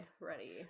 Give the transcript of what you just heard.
ready